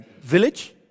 village